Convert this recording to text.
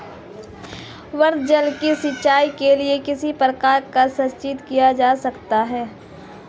वर्षा जल को सिंचाई के लिए किस प्रकार संचित किया जा सकता है?